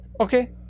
Okay